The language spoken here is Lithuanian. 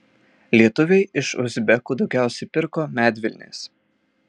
lietuviai iš uzbekų daugiausiai pirko medvilnės